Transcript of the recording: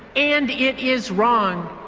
and it is wrong.